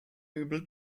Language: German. übel